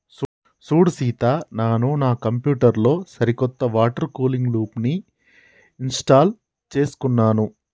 సూడు సీత నాను నా కంప్యూటర్ లో సరికొత్త వాటర్ కూలింగ్ లూప్ని ఇంస్టాల్ చేసుకున్నాను